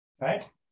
Right